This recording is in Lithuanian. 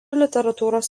literatūros